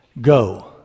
Go